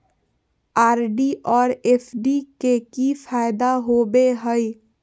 RD और FD के की फायदा होबो हइ?